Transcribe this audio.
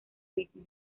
misma